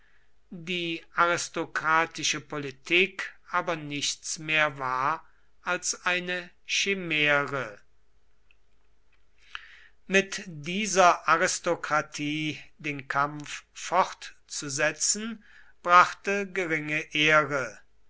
die aristokratische politik aber nichts mehr war als eine chimäre mit dieser aristokratie den kampf fortzusetzen brachte geringe ehre